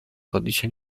codice